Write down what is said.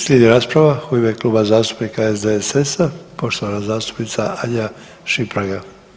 Slijedi rasprava u ime Kluba zastupnika SDSS-a poštovana zastupnica Anja Šimpraga.